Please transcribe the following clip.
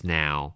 now